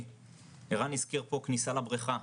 ערן הזכיר פה כניסה לבריכה.